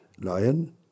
lion